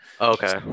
Okay